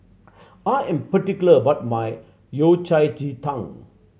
I am particular about my Yao Cai ji tang